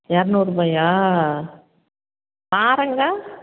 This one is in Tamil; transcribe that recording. இரநூறுபாயா பாறைங்க